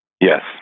Yes